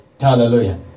Hallelujah